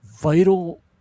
vital